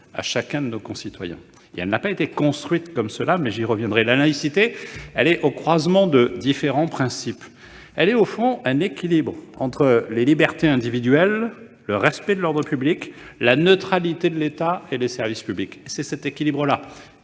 à chacun de nos concitoyens. Elle n'a pas été construite comme cela, mais j'y reviendrai. La laïcité est au croisement de différents principes. Elle est cet équilibre entre libertés individuelles, respect de l'ordre public et neutralité de l'État et des services publics. C'est cet équilibre